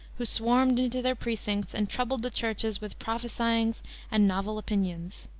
who swarmed into their precincts and troubled the churches with prophesyings and novel opinions.